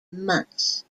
months